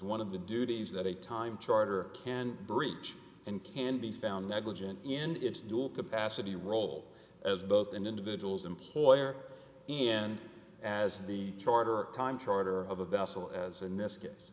one of the duties that a time charter can breach and can be found negligent and it's dual capacity role as both an individual's employer and as the charter time charter of a vessel as in this case